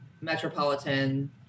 Metropolitan